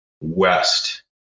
west